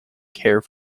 care